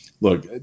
look